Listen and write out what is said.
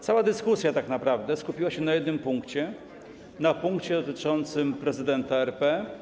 Cała dyskusja tak naprawdę skupiła się na jednym punkcie, dotyczącym prezydenta RP.